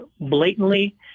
blatantly